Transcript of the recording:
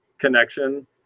connection